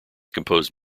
composed